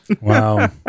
Wow